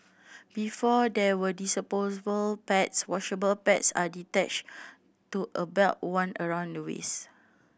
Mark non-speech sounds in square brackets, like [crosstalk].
before there were disposable pads washable pads are [unintelligible] to a belt worn around the waist